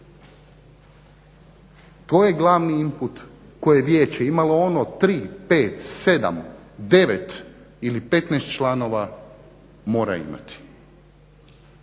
To je glavni imput koje vijeće imalo ono 3, 5, 7, 9 ili 15 članova mora imati.